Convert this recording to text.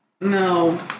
No